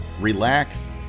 relax